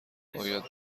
باید